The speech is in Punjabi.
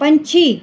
ਪੰਛੀ